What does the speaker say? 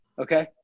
okay